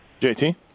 JT